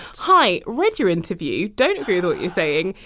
hi, read your interview don't agree with what you're saying.